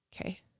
Okay